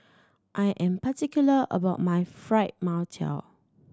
I am particular about my Fried Mantou